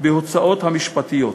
בהוצאות המשפטיות.